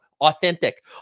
Authentic